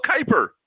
Kuyper